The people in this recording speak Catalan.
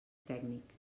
tècnic